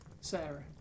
Sarah